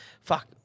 Fuck